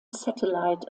satellite